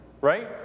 Right